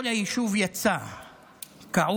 כל היישוב יצא כעוס,